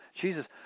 jesus